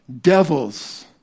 devils